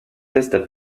testa